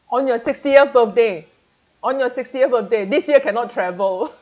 on your sixtieth birthday on your sixtieth birthday this year cannot travel